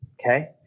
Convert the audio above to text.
okay